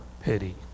pity